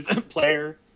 player